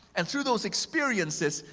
and through those experiences,